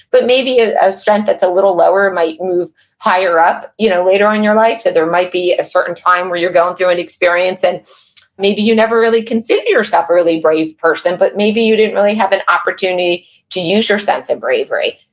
but maybe a a strength that's a little lower might move higher up, you know, later on in your life. so there might be a certain time where you're going through an experience, and maybe you never really considered yourself a really brave person, but maybe you didn't really have an opportunity to use your sense of bravery,